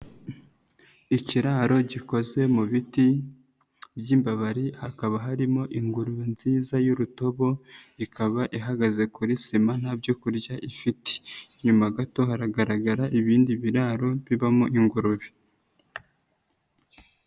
Ikiraro gikoze mu biti by'imbabari hakaba harimo ingurube nziza y'urutobo, ikaba ihagaze kuri sima nta byo kurya ifite, inyuma gato haragaragara ibindi biraro bibamo ingurube.